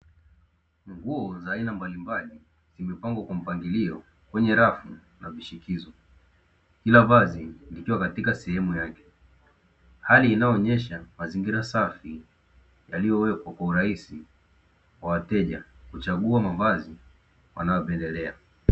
Nguo za aina mbalimbali zimepangwa kwa mpangilio kwenye rafu na vishikizo, kila vazi likiwa katika sehemu yake, hali inayoonyesha mazingira safi yaliyowekwa kwa urahisi, kwa wateja kuchagua mavazi wanayopendelea.